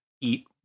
eat